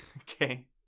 Okay